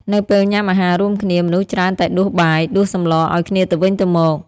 នៅពេលញ៉ាំអាហាររួមគ្នា មនុស្សច្រើនតែដួសបាយ ដួសសម្លរឲ្យគ្នាទៅវិញទៅមក។